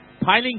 Piling